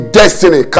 destiny